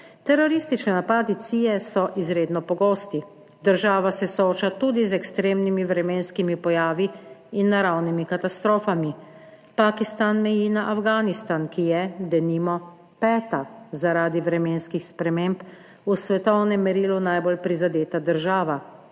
Teroristični napadi CIA so izredno pogosti, država se sooča tudi z ekstremnimi vremenskimi pojavi in naravnimi katastrofami. Pakistan meji na Afganistan, ki je denimo peta, zaradi vremenskih sprememb v svetovnem merilu najbolj prizadeta država.